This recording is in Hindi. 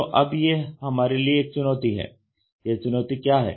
तो अब ये हमारे लिए एक चुनौती है यह चुनौती क्या है